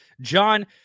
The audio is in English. John